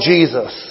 Jesus